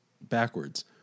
Backwards